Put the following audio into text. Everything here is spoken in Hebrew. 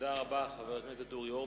תודה רבה לחבר הכנסת אורי אורבך.